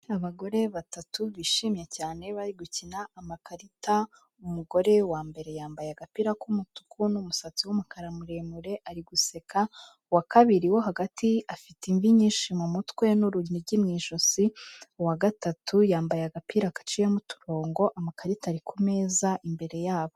Abagore batatu bishimye cyane bari gukina amakarita, umugore wa mbere yambaye agapira k'umutuku n'umusatsi w'umukara muremure ari guseka; uwa kabiri wo hagati afite imvi nyinshi mu mutwe n'urunigi mu ijosi, uwa gatatu yambaye agapira gaciyemo uturongo, amakarita ari ku meza imbere yabo.